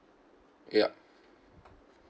yup